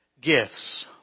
gifts